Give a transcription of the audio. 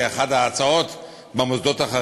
ודאי שלא,